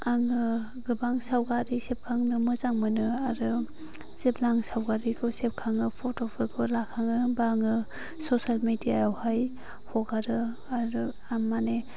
आङो गोबां सावगारि सेबखांनो मोजां मोनो आरो जेब्ला आं सावगारिखौ सेबखाङो फट'फोरखौ लाखाङो होमबा आङो ससेल मेदिया यावहाय हगारो आरो आं माने